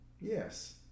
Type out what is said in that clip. yes